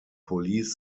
police